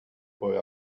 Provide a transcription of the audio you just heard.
boy